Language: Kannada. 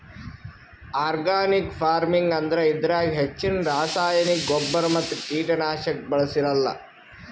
ಆರ್ಗಾನಿಕ್ ಫಾರ್ಮಿಂಗ್ ಅಂದ್ರ ಇದ್ರಾಗ್ ಹೆಚ್ಚಿನ್ ರಾಸಾಯನಿಕ್ ಗೊಬ್ಬರ್ ಮತ್ತ್ ಕೀಟನಾಶಕ್ ಬಳ್ಸಿರಲ್ಲಾ